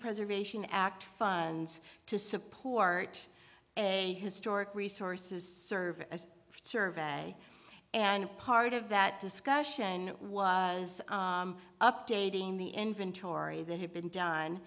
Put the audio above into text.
preservation act funds to support a historic resources serve as a survey and part of that discussion was updating the inventory that had been done